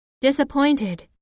disappointed